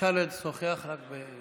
אפשר לשוחח בשקט.